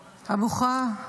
הבוכה,